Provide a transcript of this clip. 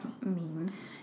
memes